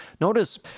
Notice